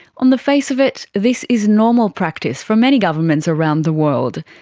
on the face of it, this is normal practice for many governments around the world.